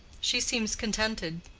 she seems contented.